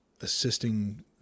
assisting